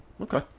okay